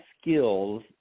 skills